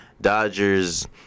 Dodgers